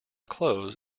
clothes